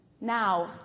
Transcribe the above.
now